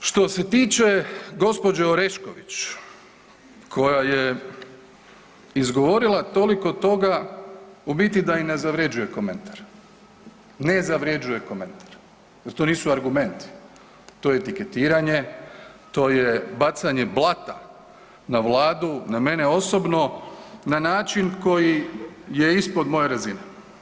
Što se tiče gospođo Orešković koja je izgovorila toliko toga u biti da i ne zavređuje komentar, ne zavređuje komentar jer to nisu argumenti, to je etiketiranje, to je bacanje blata na Vladu, na mene osobno na način koji je ispod moje razine.